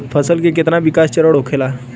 फसल के कितना विकास चरण होखेला?